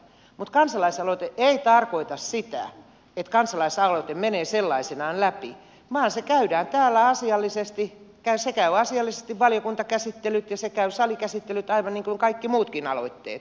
mutta kansalaisaloite ei tarkoita sitä että kansalaisaloite menee sellaisenaan läpi vaan se käy asiallisesti valiokuntakäsittelyt ja se käy salikäsittelyt aivan niin kuin kaikki muutkin aloitteet